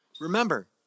remember